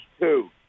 two